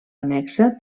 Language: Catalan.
annexa